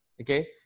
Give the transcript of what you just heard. Okay